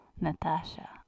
Natasha